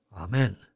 Amen